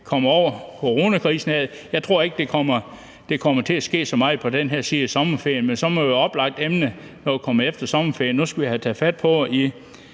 kommer over coronakrisen. Jeg tror ikke, der kommer til at ske så meget på den her side af sommerferien, men så må det være et oplagt emne, når vi kommer på den anden side af sommerferien, hvor man siger: Nu skal vi have taget fat på